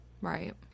Right